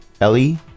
Ellie